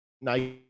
nice